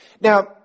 Now